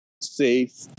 safe